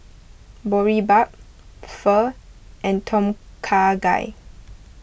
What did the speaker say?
Boribap Pho and Tom Kha Gai